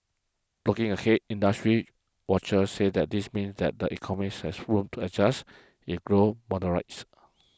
looking ahead industry watchers said that this means that the economies has room to adjust if growth moderates